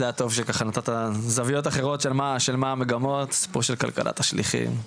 היה טוב שככה נתת זוויות אחרות של מה המגמות של כלכלת השליחים.